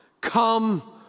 Come